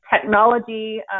technology